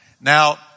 Now